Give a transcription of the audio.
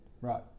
Right